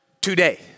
today